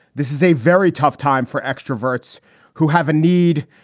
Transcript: this is a very tough time for extroverts who have a need,